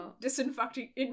disinfecting